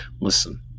listen